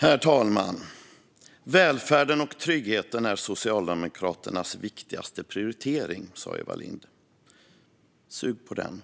Herr talman! Välfärden och tryggheten är Socialdemokraternas viktigaste prioritering, sa Eva Lindh. Sug på den: